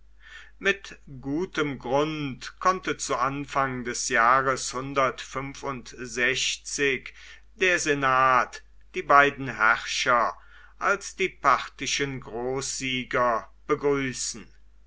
mit gutem grund konnte zu anfang des jahres der senat die beiden herrscher als die parthischen großsieger begrüßen